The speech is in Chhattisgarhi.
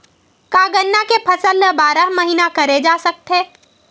का गन्ना के फसल ल बारह महीन करे जा सकथे?